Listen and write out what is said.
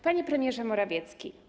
Panie Premierze Morawiecki!